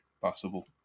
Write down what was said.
possible